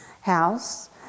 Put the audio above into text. house